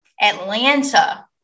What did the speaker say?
Atlanta